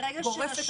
ברגע שרשות